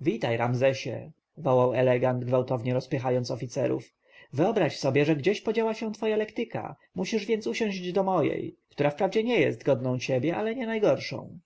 witaj ramzesie wołał elegant gwałtownie rozpychając oficerów wyobraź sobie że gdzieś podziała się twoja lektyka musisz więc usiąść do mojej która wprawdzie nie jest godną ciebie ale nie najgorszą